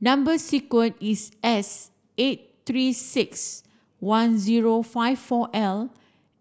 number is S eight three six one zero five four L